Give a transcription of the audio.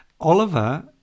Oliver